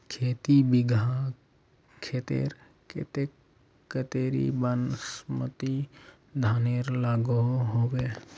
खेती बिगहा खेतेर केते कतेरी बासमती धानेर लागोहो होबे?